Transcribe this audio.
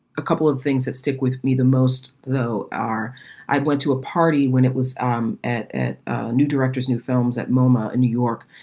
a couple of things that stick with me the most, though, are i went to a party when it was um at at new directors, new films at moma in new york,